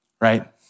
right